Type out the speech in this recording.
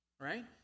right